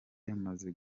yamaze